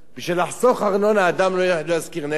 כדי לחסוך ארנונה, אדם לא ישכיר נכס?